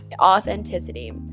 authenticity